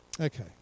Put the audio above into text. Okay